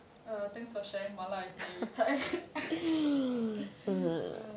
err thanks for sharing 麻辣 with me every time